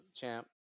champ